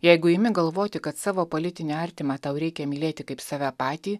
jeigu imi galvoti kad savo politinį artimą tau reikia mylėti kaip save patį